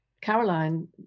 Caroline